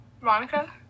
Monica